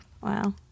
Wow